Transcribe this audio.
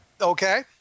Okay